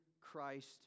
Christ